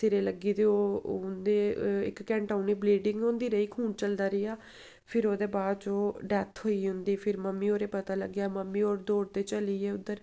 ते ओह् उ'नें गी इक घैण्टा उ'नें गी ब्लीडिंग होंदी रेही खून चलदा रेहा फिर ओह्दे बाद ओह् डैत्थ होई उं'दी फिर मम्मी होरें गी पता लगेआ मम्मी होर दौड़दे चली ए उद्धर